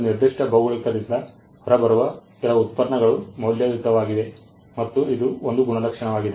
ಒಂದು ನಿರ್ದಿಷ್ಟ ಭೌಗೋಳಿಕದಿಂದ ಹೊರಬರುವ ಕೆಲವು ಉತ್ಪನ್ನಗಳು ಮೌಲ್ಯಯುತವಾಗಿವೆ ಮತ್ತು ಇದು ಒಂದು ಗುಣಲಕ್ಷಣವಾಗಿದೆ